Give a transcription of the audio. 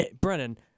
Brennan